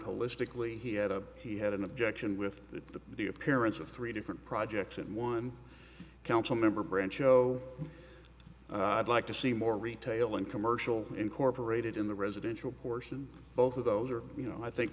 holistically he had a he had an objection with the appearance of three different projects and one council member branch oh i'd like to see more retail and commercial incorporated in the residential portion both of those are you know i think